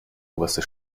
oberste